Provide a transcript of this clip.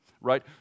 right